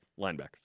linebackers